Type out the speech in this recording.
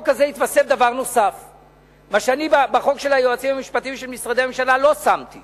התווסף דבר שאני לא שמתי